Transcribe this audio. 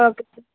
okay sir